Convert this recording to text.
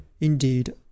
Indeed